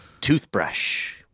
toothbrush